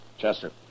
Chester